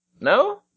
No